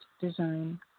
design